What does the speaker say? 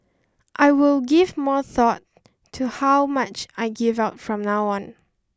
I will give more thought to how much I give out from now on